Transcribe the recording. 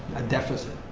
a deficit.